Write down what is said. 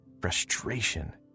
frustration